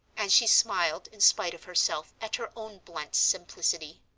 and she smiled in spite of herself at her own blunt simplicity.